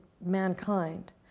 mankind